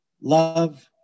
love